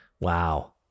Wow